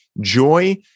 joy